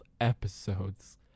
episodes